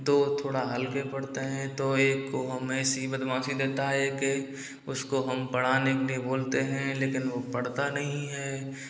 दो थोड़ा हल्के पढ़ते हैं तो एक को हम ऐसे ही बदमाशी देता है कि उसको हम पढ़ाने के लिए बोलते हैं लेकिन वह पढ़ता नहीं है